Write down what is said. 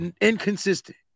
inconsistent